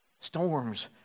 Storms